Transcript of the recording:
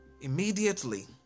Immediately